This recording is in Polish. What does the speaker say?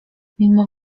mimo